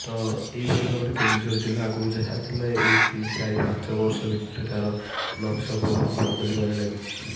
ତ ଏହିପରି ଭାବରେ କେନ୍ଦୁଝର ଜିଲ୍ଲା ଆଗରୁ ଯାହା ଥିଲା ଏଇ ଦୁଇ ଚାରି ପାଞ୍ଚ ବର୍ଷ ଭିତରେ ତା'ର ନକ୍ସା ବହୁତ ବଦଳିବାରେ ଲାଗିଛି